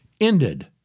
ended